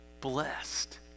Blessed